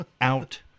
out